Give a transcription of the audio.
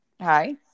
Hi